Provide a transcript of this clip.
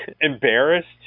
embarrassed